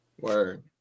Word